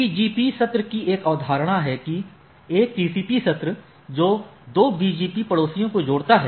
BGP सत्र की एक अवधारणा है कि एक TCP सत्र जो 2 BGP पड़ोसियों को जोड़ता है